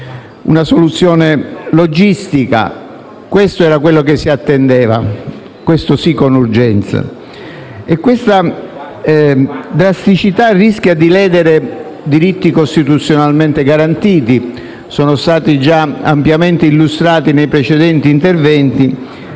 Una soluzione logistica era ciò che si attendeva, questo sì con urgenza. Questa drasticità rischia di ledere diritti costituzionalmente garantiti, che sono stati già ampiamente illustrati nei precedenti interventi.